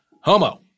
homo